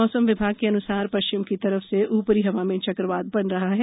मौसम विभाग के अन्सार पश्चिम की तरफ से ऊपरी हवा में चक्रवात बन रहा है